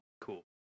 Cool